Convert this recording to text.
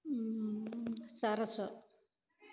Sarasu